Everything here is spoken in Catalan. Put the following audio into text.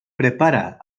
prepara